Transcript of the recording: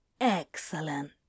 Excellent